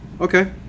Okay